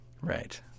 Right